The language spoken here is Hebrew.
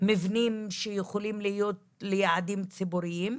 מבנים שיכולים להיות ליעדים ציבוריים.